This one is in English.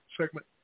segment